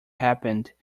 happened